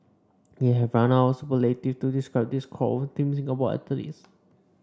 we have run out of superlatives to describe this crop of Team Singapore athletes